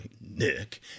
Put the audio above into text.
Nick